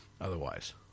otherwise